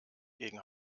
gegen